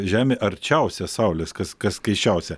žemė arčiausia saulės kas kas keisčiausia